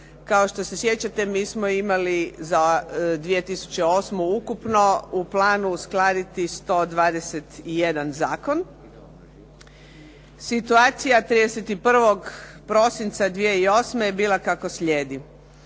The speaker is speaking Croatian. Kao što se sjećate mi smo imali za 2008. ukupno u planu uskladiti 121 zakon. Situacija 31. prosinca 2008. bila kako slijedi.